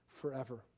forever